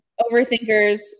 Overthinkers